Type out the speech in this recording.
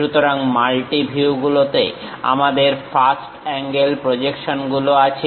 সুতরাং মালটি ভিউগুলোতে আমাদের ফার্স্ট অ্যাঙ্গেল প্রজেকশন গুলো আছে